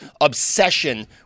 obsession